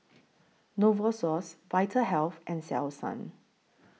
Novosource Vitahealth and Selsun